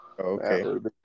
Okay